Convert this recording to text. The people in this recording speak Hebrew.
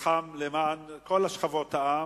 נלחם למען כל שכבות העם.